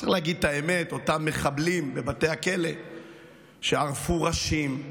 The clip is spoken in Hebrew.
צריך להגיד את האמת: אותם מחבלים בבתי הכלא שערפו ראשים,